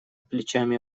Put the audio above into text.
плечами